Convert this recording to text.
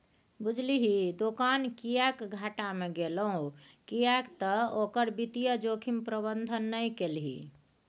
बुझलही दोकान किएक घाटा मे गेलहु किएक तए ओकर वित्तीय जोखिम प्रबंधन नहि केलही